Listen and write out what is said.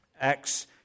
Acts